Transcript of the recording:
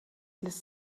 lässt